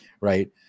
right